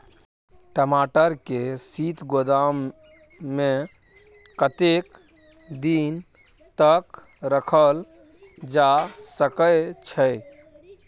टमाटर के शीत गोदाम में कतेक दिन तक रखल जा सकय छैय?